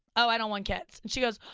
oh, i don't want kids. she goes,